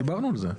דיברנו על זה,